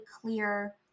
clear